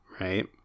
right